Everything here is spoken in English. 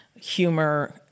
humor